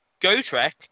GoTrek